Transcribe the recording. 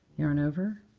yarn over,